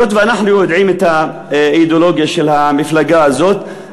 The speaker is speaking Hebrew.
היות שאנחנו יודעים את האידיאולוגיה של המפלגה הזאת,